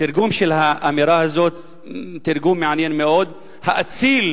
התרגום של האמירה הזאת הוא תרגום מעניין מאוד: האציל